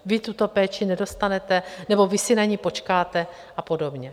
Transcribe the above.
Vy tuto péči nedostanete, nebo vy si na ni počkáte a podobně.